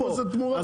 המחיר פה זה תמורה.